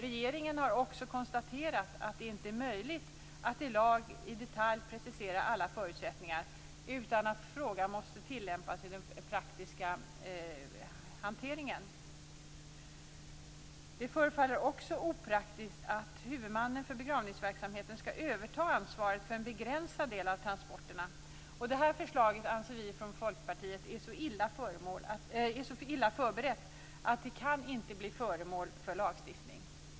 Regeringen har också konstaterat att det inte är möjligt att i lag precisera alla förutsättningar i detalj utan att frågan måste tillämpas i den praktiska hanteringen. Det förefaller också opraktiskt att huvudmannen för begravningsverksamheten skall överta ansvaret för en begränsad del av transporterna. Det förslaget anser vi från Folkpartiet vara så illa förberett att det inte kan bli föremål för lagstiftning.